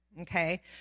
okay